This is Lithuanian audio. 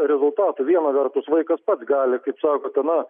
rezultatų viena vertus vaikas pats gali kaip sakote na